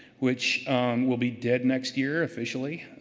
which will be dead next year officially.